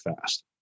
fast